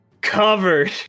covered